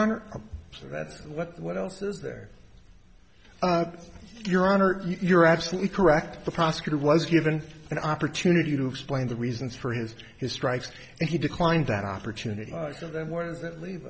honor so that's what the what else is there your honor you're absolutely correct the prosecutor was given an opportunity to explain the reasons for his his strikes and he declined that opportunity so then where does that leave